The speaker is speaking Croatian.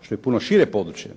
što je puno šire područje